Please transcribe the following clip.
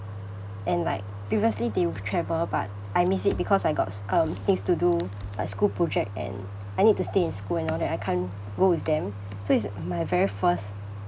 and like previously they will travel and but I miss it because I got s~ um things to do like school project and I need to stay in school and all that I can't go with them so it's my very first